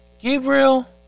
Gabriel